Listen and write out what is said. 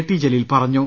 T Jaleel പറഞ്ഞു